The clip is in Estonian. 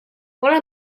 olen